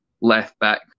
left-back